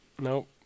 Nope